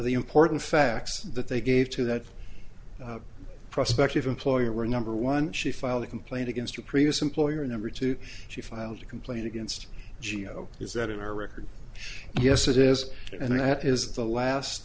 the important facts that they gave to that prospect if employer were number one she filed a complaint against her previous employer number two she filed a complaint against g a o is that in her record yes it is and that is the last